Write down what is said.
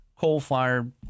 coal-fired